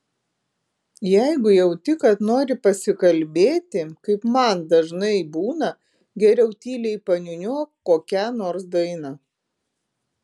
jeigu jauti kad nori pasikalbėti kaip man dažnai būna geriau tyliai paniūniuok kokią nors dainą